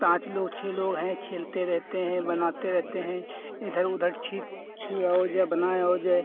पाँच लोग छह लोग खेलते रहते हैं बनाते रहते हैं इधर उधर छू आओ बनाओ जा